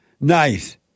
nice